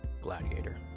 Gladiator